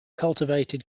cultivated